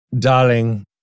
Darling